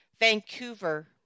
Vancouver